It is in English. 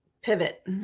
pivot